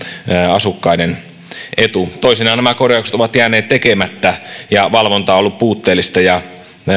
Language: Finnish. asukkaiden etu toisinaan nämä korjaukset ovat jääneet tekemättä ja valvonta on ollut puutteellista ja